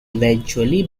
eventually